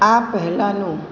આ પહેલાંનું